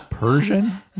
Persian